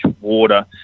water